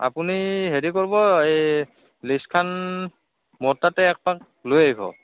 আপুনি হেৰি কৰিব এই লিষ্টখন মোৰ তাতে এপাক লৈ আহিব